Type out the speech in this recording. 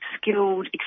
skilled